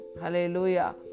Hallelujah